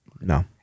No